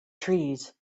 trees